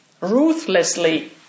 ruthlessly